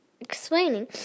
explaining